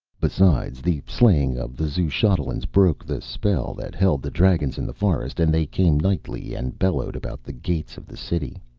besides, the slaying of the xuchotlans broke the spell that held the dragons in the forest, and they came nightly and bellowed about the gates of the city.